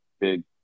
big